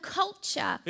culture